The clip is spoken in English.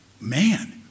man